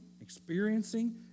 experiencing